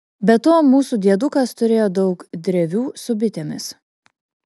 be to mūsų diedukas turėjo daug drevių su bitėmis